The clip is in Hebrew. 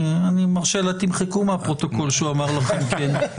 תמחקו מהפרוטוקול שהוא אמר לכם כן.